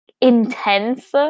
intense